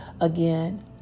Again